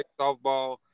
softball